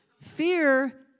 Fear